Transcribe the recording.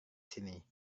sini